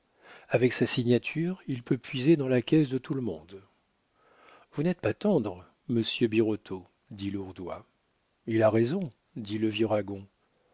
avec sa signature il peut puiser dans la caisse de tout le monde vous n'êtes pas tendre monsieur birotteau dit lourdois il a raison dit le vieux ragon